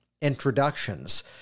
Introductions